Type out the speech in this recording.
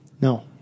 No